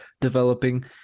developing